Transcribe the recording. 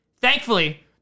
Thankfully